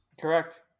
correct